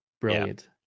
brilliant